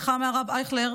הייתה,